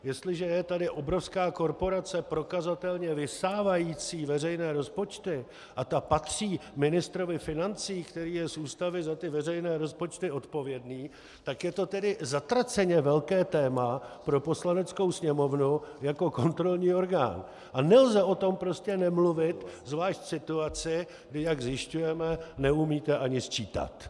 Jestliže je tady obrovská korporace prokazatelně vysávající veřejné rozpočty a ta patří ministrovi financí, který je z Ústavy za ty veřejné rozpočty odpovědný, tak je to tedy zatraceně velké téma pro Poslaneckou sněmovnu jako kontrolní orgán a nelze o tom nemluvit zvlášť v situaci, kdy jak zjišťujeme, neumíte ani sčítat.